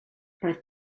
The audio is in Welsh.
roedd